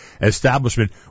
establishment